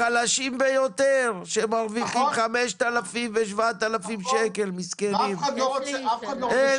החלשים ביותר שמרוויחים 5,000 שקלים, אלו